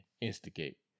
instigate